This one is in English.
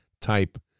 type